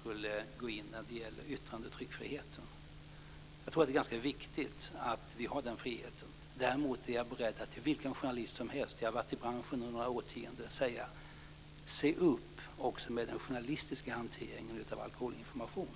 skulle gå in när det gäller yttrande och tryckfriheten. Jag tror att det är ganska viktiga friheter för oss. Jag är däremot beredd att till vilken journalist som helst, och jag har varit i den branschen några årtionden, säga: Se upp också med den journalistiska hanteringen av alkoholinformation!